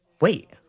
Wait